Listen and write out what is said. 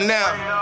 now